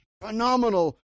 phenomenal